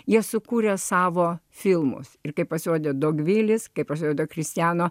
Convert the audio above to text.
jie sukūrė savo filmus ir kai pasirodė dovilės kaip pražudo kristiano